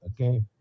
Okay